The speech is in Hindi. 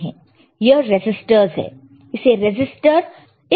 यह रेसिस्टरस है